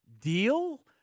deal